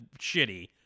shitty